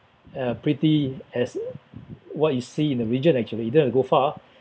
uh pretty as what you see in the region actually you don't have to go far